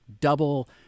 double